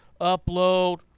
upload